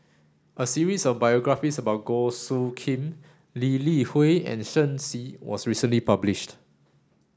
a series of biographies about Goh Soo Khim Lee Li Hui and Shen Xi was recently published